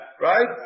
Right